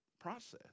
process